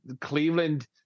Cleveland